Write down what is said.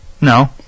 No